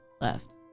left